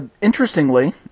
Interestingly